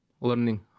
learning